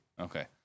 okay